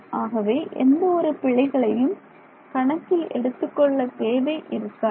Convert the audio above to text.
ஆகவே எந்த ஒரு பிழைகளையும் கணக்கில் எடுத்துக் கொள்ள தேவை இருக்காது